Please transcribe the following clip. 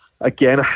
Again